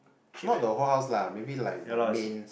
not the whole house lah maybe like the main